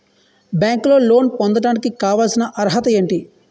బ్యాంకులో లోన్ పొందడానికి కావాల్సిన అర్హత ఏంటి?